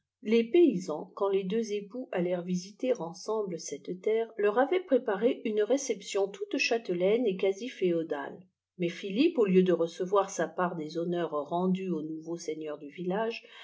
les paysans quand les deux époux allèrent visiter ensemble cette terre leyr avaient préparé une réception loute châtelaine et quasi féodale mais philippe au lieu de recevoir sa part des honneurs rendus au nouveau seigneur de village